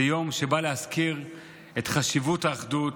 זה יום שבא להזכיר את חשיבות האחדות,